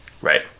Right